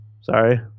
sorry